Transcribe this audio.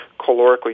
calorically